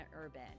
urban